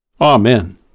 Amen